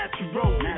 natural